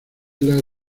las